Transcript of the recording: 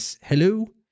hello